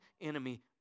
enemy